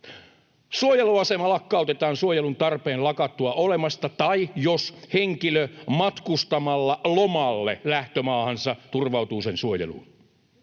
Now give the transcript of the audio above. Suojelu-asema lakkautetaan suojelun tarpeen lakattua olemasta tai jos henkilö matkustaessaan lomalle lähtömaahansa turvautuu sen suojeluun.